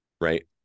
right